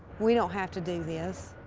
we don't have to do this.